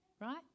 Right